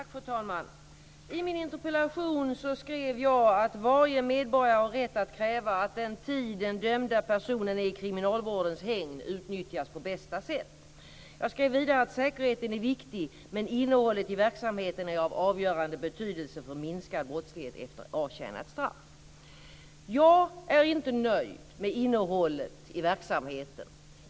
Fru talman! I min interpellation skrev jag att varje medborgare har rätt att kräva att den tid den dömda personen är i kriminalvårdens hägn utnyttjas på bästa sätt. Jag skrev vidare att säkerheten är viktig, men att innehållet i verksamheten är av avgörande betydelse för minskad brottslighet efter avtjänat straff. Jag är inte nöjd med innehållet i verksamheten.